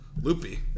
Loopy